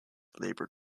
labour